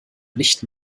nicht